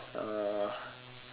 uh